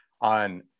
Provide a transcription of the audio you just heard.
on